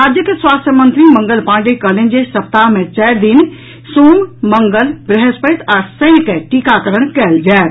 राज्यक स्वास्थ्य मंत्री मंगल पांडे कहलनि जे सप्ताह मे चारि दिन मंगल सोम वृहस्पति आ शनि टीकाकरण कयल जायत